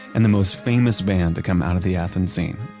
and the most famous band to come out of the athens scene,